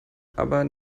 aber